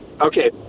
Okay